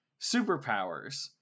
superpowers